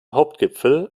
hauptgipfel